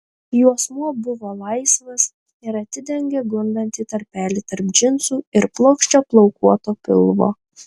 juosmuo buvo laisvas ir atidengė gundantį tarpelį tarp džinsų ir plokščio plaukuoto pilvo